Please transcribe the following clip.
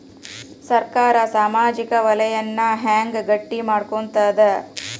ಸರ್ಕಾರಾ ಸಾಮಾಜಿಕ ವಲಯನ್ನ ಹೆಂಗ್ ಗಟ್ಟಿ ಮಾಡ್ಕೋತದ?